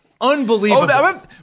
unbelievable